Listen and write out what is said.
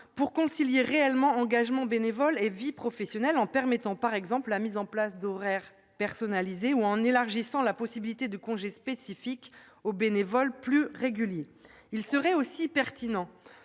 pour concilier réellement engagement bénévole et vie professionnelle, par exemple en permettant la mise en place d'horaires personnalisés ou en élargissant les possibilités de congés spécifiques aux bénévoles réguliers. Il serait aussi pertinent